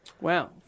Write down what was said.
Wow